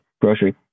grocery